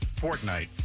Fortnite